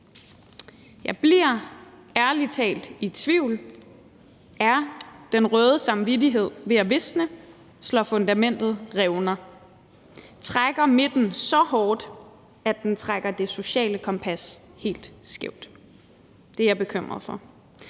Jeg bliver ærlig talt i tvivl: Er den røde samvittighed ved at visne? Slår fundamentet revner? Trækker midten så hårdt, at den trækker det sociale kompas helt skævt? Kl. 14:37 Det er jeg bekymret for,